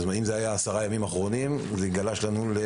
אם זה היה עשרה ימים אחרונים, זה גלש לחודש.